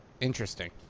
Interesting